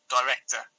director